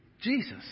Jesus